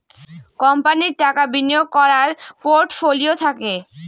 কোম্পানির টাকা বিনিয়োগ করার পোর্টফোলিও থাকে